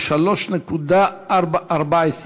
ב-3.14,